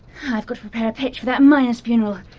i've got to prepare a pitch for that miner's funeral,